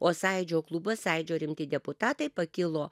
o sąjūdžio klubas sąjūdžio rimti deputatai pakilo